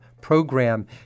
program